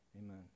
amen